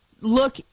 look